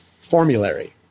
formulary